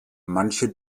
manche